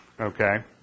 Okay